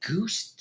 Goose